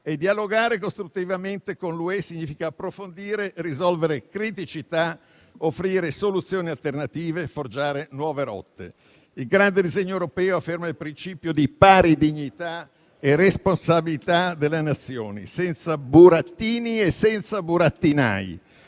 e dialogare costruttivamente con l'UE significa approfondire e risolvere criticità, offrire soluzioni alternative e forgiare nuove rotte. Il grande disegno europeo afferma il principio di pari dignità e responsabilità delle Nazioni, senza burattini e senza burattinai.